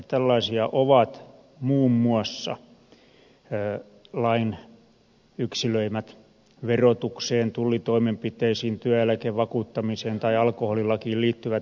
tällaisia ovat muun muassa lain yksilöimät verotukseen tullitoimenpiteisiin työeläkevakuuttamiseen tai alkoholilakiin liittyvät valvontatehtävät